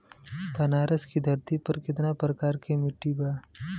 बनारस की धरती पर कितना प्रकार के मिट्टी बा?